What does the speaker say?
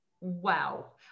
wow